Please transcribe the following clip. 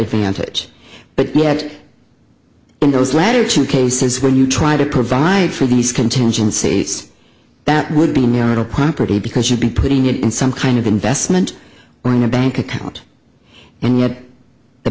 advantage but yet in those latter two cases when you try to provide for these contingencies that would be a marital property because you've been putting it in some kind of investment during a bank account and yet the